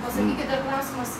o sakykit dar klausimas